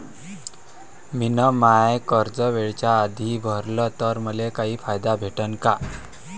मिन माय कर्ज वेळेच्या आधी भरल तर मले काही फायदा भेटन का?